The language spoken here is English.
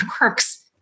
works